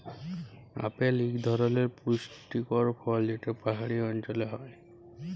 apple ইক ধরলের পুষ্টিকর ফল যেট পাহাড়ি অল্চলে হ্যয়